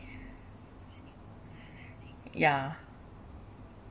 ya